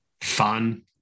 Fun